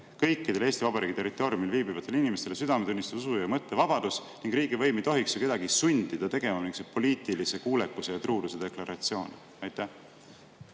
kõikidele Eesti Vabariigi territooriumil viibivatele inimestele südametunnistuse-, usu- ja mõttevabadus ning riigivõim ei tohiks ju kedagi sundida tegema mingisugust poliitilise kuulekuse ja truuduse deklaratsiooni.